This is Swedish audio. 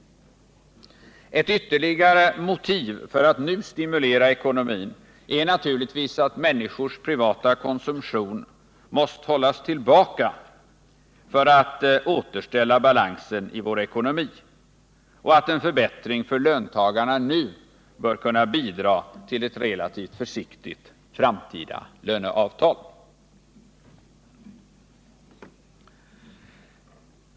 Ett ytterligare motiv för att nu stimulera ekonomin är naturligtvis att människors privata konsumtion har måst hållas tillbaka för att vi skulle kunna återställa balansen i vår ekonomi och att en förbättring för löntagarna nu bör kunna bidra till ett relativt försiktigt framtida löneavtal.